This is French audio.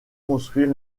construire